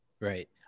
Right